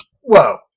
Whoa